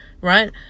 right